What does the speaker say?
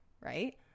right